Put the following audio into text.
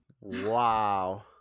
Wow